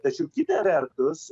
tačiau kita vertus